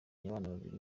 babiri